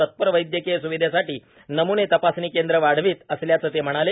तत्पर वैद्यकीय स्विधेसाठी नमूने तपासणी केंद्र वाढवीत असल्याचे ते म्हणाले